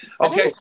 okay